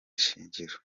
ishingiro